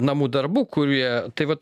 namų darbų kurie tai vat